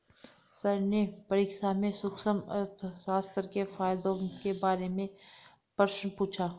sir ने परीक्षा में सूक्ष्म अर्थशास्त्र के फायदों के बारे में प्रश्न पूछा